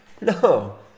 No